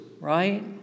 right